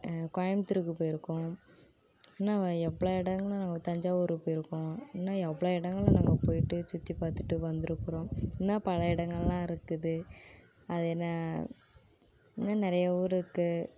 கோயமுத்தூருக்கு போயிருக்கோம் இன்னும் எவ்வளோ இடங்களை நம்ம தஞ்சாவூர் போயிருக்கோம் இன்னும் எவ்வளோ இடங்கள நம்ம போய்விட்டு சுற்றி பார்த்துட்டு வந்திருக்குறோம் இன்னும் பல இடங்களெலாம் இருக்குது அது என்ன இன்னும் நிறைய ஊர் இருக்குது